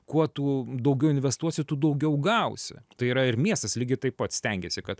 kuo tu daugiau investuosi tuo daugiau gausi tai yra ir miestas lygiai taip pat stengiasi kad